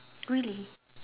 really